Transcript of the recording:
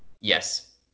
Yes